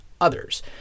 others